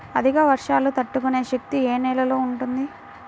అధిక వర్షాలు తట్టుకునే శక్తి ఏ నేలలో ఉంటుంది?